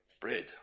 Bread